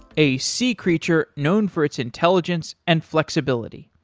a sea creature known for its intelligence and flexibility.